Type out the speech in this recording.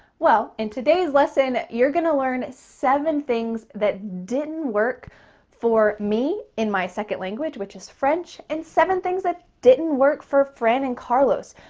well, in today's lesson you're going to learn seven things that didn't work for me in my second language, which is french, and seven things that didn't work for fran and carlos,